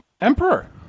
Emperor